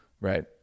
Right